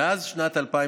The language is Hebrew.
מאז שנת 2005